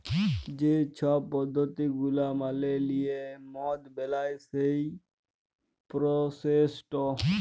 যে ছব পদ্ধতি গুলা মালে লিঁয়ে মদ বেলায় সেই পরসেসট